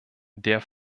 der